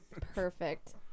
perfect